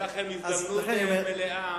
תהיה לכם הזדמנות מלאה,